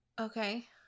Okay